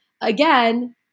again